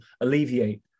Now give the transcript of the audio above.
alleviate